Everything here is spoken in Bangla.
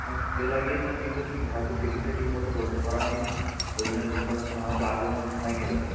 হ্যাঁ সে লাগিয়েছেন কিন্তু ধয়তো ফিটিংটা ঠিক মতো করা হয়নি ওই জন্য এরকমটা হচ্ছে নাহলে তো আগে কোনো দিন হয়নি এরকম